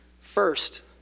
First